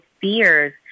fears